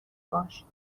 باش